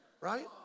right